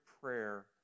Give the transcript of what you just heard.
prayer